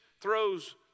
throws